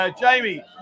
Jamie